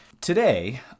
today